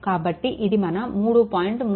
కాబట్టి ఇది మన 3